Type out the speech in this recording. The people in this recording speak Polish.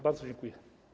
Bardzo dziękuję.